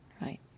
right